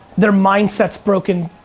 their mindset's broken.